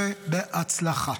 ובהצלחה.